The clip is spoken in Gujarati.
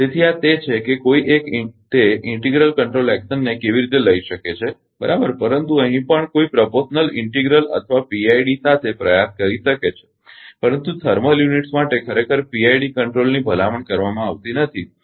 તેથી આ તે છે કે કોઈ એક તે ઇન્ટિગલ કંટ્રોલ એકશનને કેવી રીતે લઈ શકે છે બરાબર પરંતુ અહીં પણ કોઈ પ્રપોશનલ ઇન્ટિગલ અથવા પીઆઈડી સાથે પ્રયાસ કરી શકે છે પરંતુ થર્મલ એકમો માટે ખરેખર પીઆઈડી નિયંત્રણની ભલામણ કરવામાં આવતી નથી બરાબર